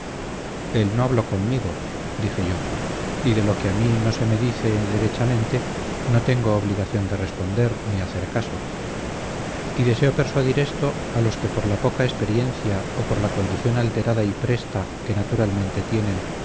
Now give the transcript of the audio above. él no habló conmigo dije yo y de lo que a mí no se me dice derechamente no tengo obligación de responder ni hacer caso y deseo persuadir esto a los que por la poca experiencia o por la condición alterada y presta que naturalmente tienen